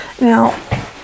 now